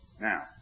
Now